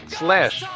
slash